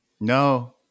No